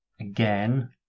again